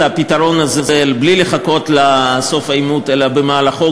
הפתרון הזה בלי לחכות לסוף העימות אלא במהלכו,